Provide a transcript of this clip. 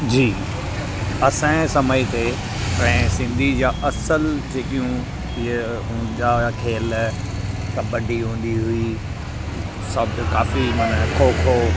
जी असांजे समय ते प्राय सिंधी जा असल जेकियूं इहे हूंदा हुआ खेल कबड्डी हूंदी हुई सभु काफ़ी माना खो खो